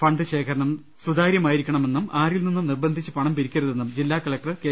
fund ശേഖരണം സുതാ ര്യ മാ യി രി ക്ക ണ മെന്നും ആരിൽനിന്നും നിർബന്ധിച്ച് പണം പിരിക്കരുതെന്നും ജില്ലാകലക്ടർ കെ